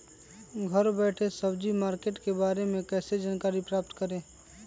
घर बैठे सब्जी मार्केट के बारे में कैसे जानकारी प्राप्त करें?